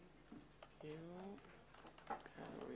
לכולם,